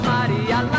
Maria